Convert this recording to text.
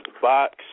box